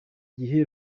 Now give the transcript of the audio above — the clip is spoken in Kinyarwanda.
gihe